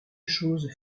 choses